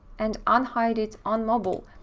and unhide it on mobile.